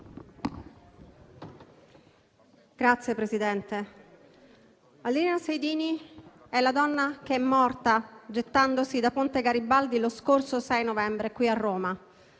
Signor Presidente, Adelina Sejdini è la donna morta gettandosi da ponte Garibaldi lo scorso 6 novembre qui a Roma.